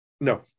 No